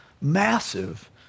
massive